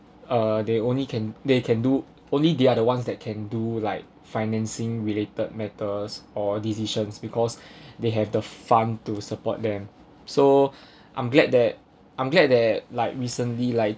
uh they only can they can do only they are the ones that can do like financing related matters or decisions because they have the fund to support them so I'm glad that I'm glad that like recently like